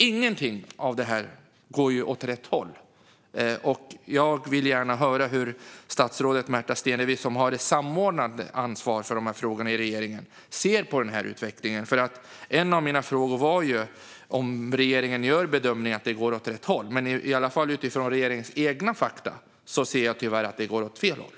Ingenting av detta går åt rätt håll, och därför vill jag gärna höra hur statsrådet Märta Stenevi, som har det samordnande ansvaret för de här frågorna i regeringen, ser på utvecklingen. En av mina frågor var om regeringen gör bedömningen att det går åt rätt håll. Utifrån regeringens egna fakta ser i alla fall jag tyvärr att det går åt fel håll.